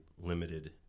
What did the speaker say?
limited